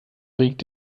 regt